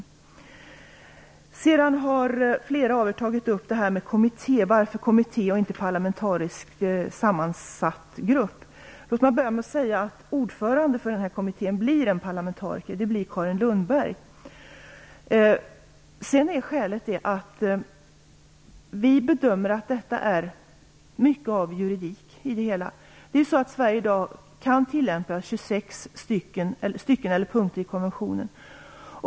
Flera av er har tagit upp frågan om kommittén och varför det inte är en parlamentariskt sammansatt grupp. Låt mig börja med att säga att ordförande för den här kommittén blir en parlamentariker - Carin Skälet är att vi bedömer att det här i stor utsträckning gäller juridik. Sverige kan i dag tillämpa 26 stycken eller punkter i konventionen.